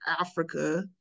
Africa